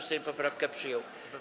Sejm poprawkę przyjął.